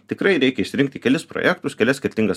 tikrai reikia išsirinkti kelis projektus kelias skirtingas